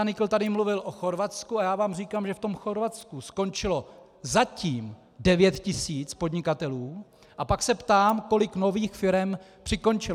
Nykl tady mluvil o Chorvatsku a já vám říkám, že v tom Chorvatsku skončilo, zatím, 9 tisíc podnikatelů, a pak se ptám, kolik nových firem přikončilo.